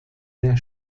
der